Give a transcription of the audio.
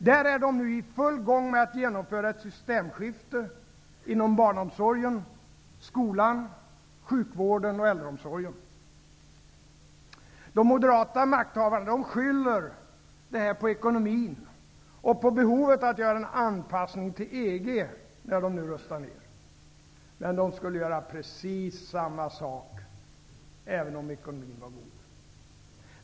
Där är de nu i full gång med att genomföra ett systemskifte inom barnomsorgen, skolan, sjukården och äldreomsorgen. De moderata makthavarna skyller på ekonomin och på behovet av anpassning till EG, när de nu rustar ned. Men de skulle göra precis samma sak även om ekonomin var god.